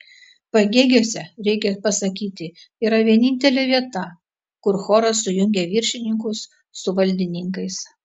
pagėgiuose reikia pasakyti yra vienintelė vieta kur choras sujungia viršininkus su valdininkais